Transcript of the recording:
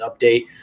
update